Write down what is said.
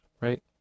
right